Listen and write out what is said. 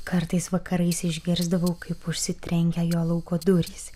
kartais vakarais išgirsdavau kaip užsitrenkia jo lauko durys